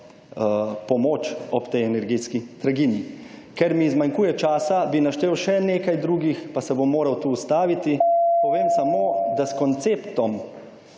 pomoč ob tej energetski draginji. Ker mi zmanjkuje časa bi naštel še nekaj drugih, pa se bom moral tu ustaviti. Povem samo, da s konceptom